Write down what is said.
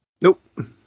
Nope